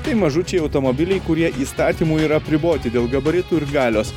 tai mažučiai automobiliai kurie įstatymų yra apriboti dėl gabaritų ir galios